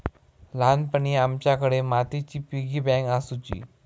ल्हानपणी आमच्याकडे मातीची पिगी बँक आसुची